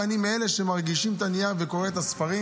ואני בין אלה שמרגישים את הנייר וקוראים את הספרים.